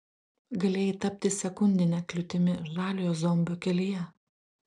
galėjai tapti sekundine kliūtimi žaliojo zombio kelyje